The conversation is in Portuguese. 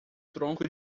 tronco